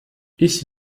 ich